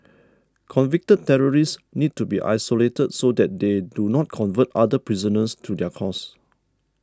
convicted terrorists need to be isolated so that they do not convert other prisoners to their cause